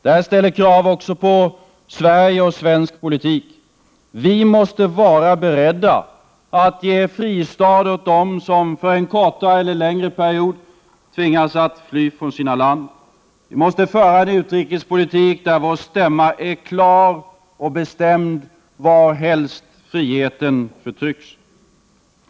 Detta ställer krav också på Sverige och svensk politik. Vi måste vara beredda att ge fristad åt dem som för en kortare eller längre period tvingas fly från sina hemländer. Vi måste föra en utrikespolitik, där vår stämma är klar och bestämd varhelst friheten förtrycks.